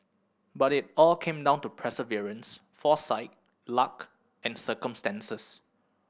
but it all came down to perseverance foresight luck and circumstances